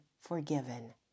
forgiven